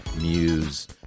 Muse